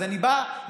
אז אני בא להסביר.